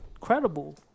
credible